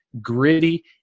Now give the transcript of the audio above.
gritty